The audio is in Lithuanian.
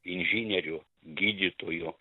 inžinieriu gydytoju